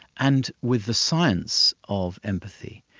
and with the science of empathy,